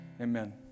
Amen